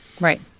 Right